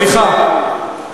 סליחה,